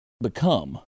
become